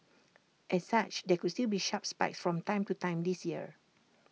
as such there could still be sharp spikes from time to time this year